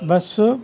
bus